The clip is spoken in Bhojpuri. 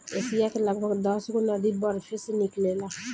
एशिया के लगभग दसगो नदी बरफे से निकलेला